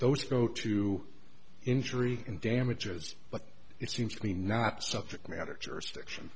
those go to injury and damages but it seems to me not subject matter jurisdiction